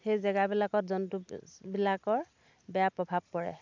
সেই জেগাবিলাকত জন্তু বিলাকৰ বেয়া প্ৰভাৱ পৰে